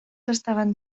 estaven